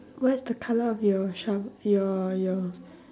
what is the colour of your shovel your your